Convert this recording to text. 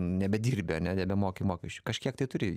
nebedirbi ane nebemoki mokesčių kažkiek tai turi